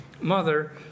Mother